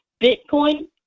Bitcoin